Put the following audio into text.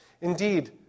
indeed